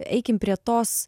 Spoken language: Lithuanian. eikim prie tos